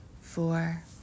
four